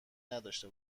نداشته